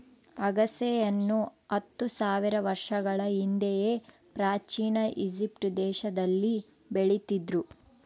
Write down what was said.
ಅಗಸೆಯನ್ನು ಹತ್ತು ಸಾವಿರ ವರ್ಷಗಳ ಹಿಂದೆಯೇ ಪ್ರಾಚೀನ ಈಜಿಪ್ಟ್ ದೇಶದಲ್ಲಿ ಬೆಳೀತಿದ್ರು